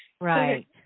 Right